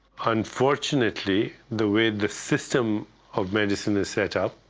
unfortunately, the way the system of medicine is set up,